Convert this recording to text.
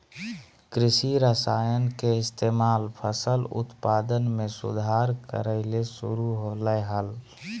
कृषि रसायन के इस्तेमाल फसल उत्पादन में सुधार करय ले शुरु होलय हल